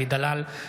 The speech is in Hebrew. אלי דלל,